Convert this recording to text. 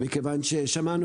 שמענו